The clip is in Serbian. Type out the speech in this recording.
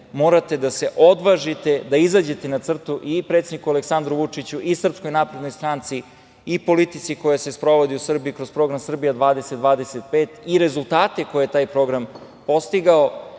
morate da se odvažite da izađete na crtu i predsedniku Aleksandru Vučiću i SNS i politici koja se sprovodi u Srbiji kroz program Srbija 2025 i rezultate koje je taj program dostigao